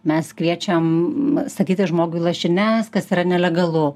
mes kviečiam statyti žmogui lašines kas yra nelegalu